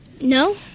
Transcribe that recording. No